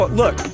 look